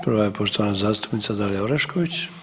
Prva je poštovana zastupnica Dalija Orešković.